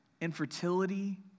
infertility